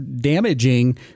damaging